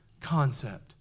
concept